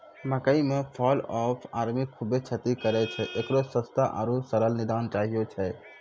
मकई मे fall of army खूबे क्षति करेय छैय, इकरो सस्ता आरु सरल निदान चाहियो छैय?